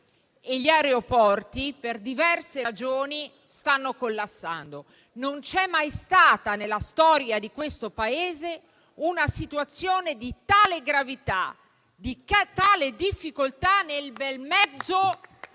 e gli aeroporti, per diverse ragioni, stanno collassando. Non c'è mai stata nella storia di questo Paese una situazione di tale gravità e difficoltà nel bel mezzo